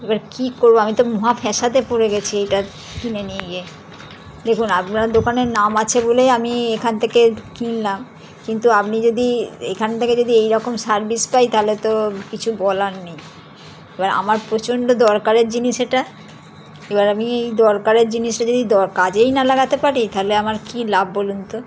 এবার কী করব আমি তো মহা ফ্যাসাদে পড়ে গিয়েছি এটা কিনে নিয়ে গিয়ে দেখুন আপনার দোকানের নাম আছে বলেই আমি এখান থেকে কিনলাম কিন্তু আপনি যদি এখান থেকে যদি এইরকম সার্ভিস পাই তাহলে তো কিছু বলার নেই এবার আমার প্রচণ্ড দরকারের জিনিস এটা এবার আমি এই দরকারের জিনিসটা যদি কাজেই না লাগাতে পারি তাহলে আমার কী লাভ বলুন তো